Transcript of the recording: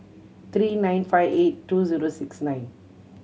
three nine five eight two zero six nine